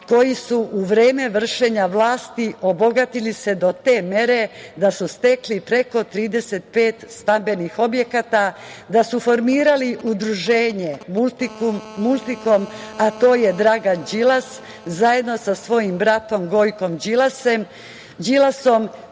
koji su se za vreme vršenja vlasti obogatili do te mere da su stekli preko 35 stambenih objekata, da su formirali udruženje „Multikom“, a to je Dragan Đilas zajedno sa svojim bratom Gojkom Đilasom.